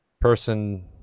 person